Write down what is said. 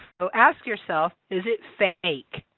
so ask yourself, is it fake?